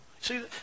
See